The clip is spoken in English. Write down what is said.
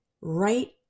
right